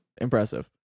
impressive